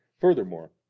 Furthermore